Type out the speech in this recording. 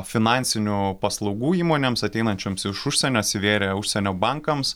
finansinių paslaugų įmonėms ateinančioms iš užsienio atsivėrė užsienio bankams